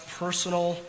personal